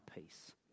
peace